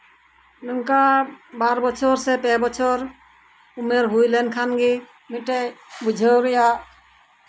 ᱱᱚᱝᱠᱟ ᱵᱟᱨ ᱵᱚᱪᱷᱚᱨ ᱥᱮ ᱯᱮ ᱵᱚᱪᱷᱚᱨ ᱦᱩᱭ ᱞᱮᱱᱠᱷᱟᱜᱮ ᱢᱤᱫᱴᱮᱱ ᱵᱩᱡᱷᱟᱹᱣ ᱨᱮᱭᱟᱜ